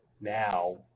now